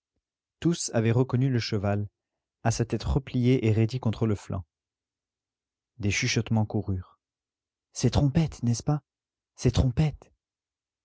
tous avaient reconnu le cheval à sa tête repliée et raidie contre le flanc des chuchotements coururent c'est trompette n'est-ce pas c'est trompette